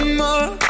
more